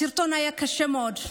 הסרטון היה קשה מאוד.